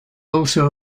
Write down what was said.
also